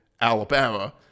Alabama